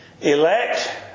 elect